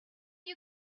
you